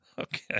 Okay